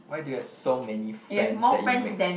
why do you have so many friends that you make